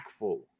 impactful